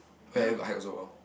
where got hide also lor